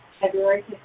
February